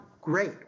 Great